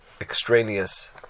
extraneous